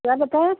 क्या बताया